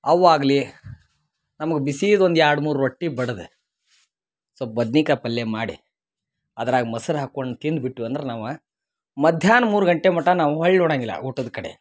ಅವ್ವ ಆಗಲಿ ನಮ್ಗ ಬಿಸೀದೊಂದು ಎರಡು ಮೂರು ರೊಟ್ಟಿ ಬಡ್ದೆ ಸ್ವಲ್ಪ ಬದ್ನಿಕಾಯಿ ಪಲ್ಯ ಮಾಡಿ ಅದ್ರಾಗ ಮೊಸ್ರು ಹಾಕೊಂಡು ತಿಂದ್ಬಿಟ್ವಿ ಅಂದ್ರ ನಾವ ಮಧ್ಯಾಹ್ನ ಮೂರು ಗಂಟೆ ಮಟ ನಾವು ಹೊಳ್ ಒಡಂಗಿಲ್ಲ ಊಟದ ಕಡೆ